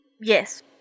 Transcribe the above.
Yes